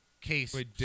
case